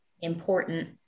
important